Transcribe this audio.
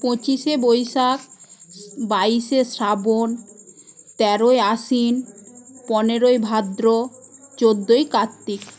পঁচিশে বৈশাখ বাইশে শ্রাবণ তেরোই আশ্বিন পনেরোই ভাদ্র চোদ্দই কার্ত্তিক